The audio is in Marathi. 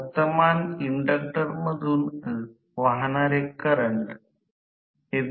समजा ट्रान्सफॉर्मर समजा pi pi maxsine ω T